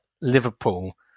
Liverpool